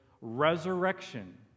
resurrection